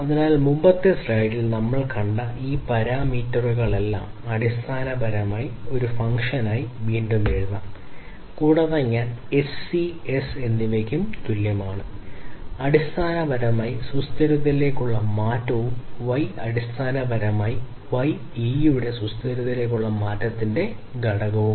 അതിനാൽ മുമ്പത്തെ സ്ലൈഡിൽ നമ്മൾ കണ്ട ഈ പരാമീറ്ററുകളെല്ലാം അടിസ്ഥാനപരമായി ഇവയുടെയെല്ലാം ഒരു ഫംഗ്ഷനായി വീണ്ടും എഴുതാം കൂടാതെ ഞാൻ എസ് ഇ എസ് എന്നിവയ്ക്ക് തുല്യമാണ് അടിസ്ഥാനപരമായി സുസ്ഥിരതയിലേക്കുള്ള മാറ്റവും Y അടിസ്ഥാനപരമായി E യുടെ സുസ്ഥിരതയിലേക്കുള്ള മാറ്റത്തിന്റെ ഘടകം